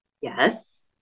Yes